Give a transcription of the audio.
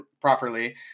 properly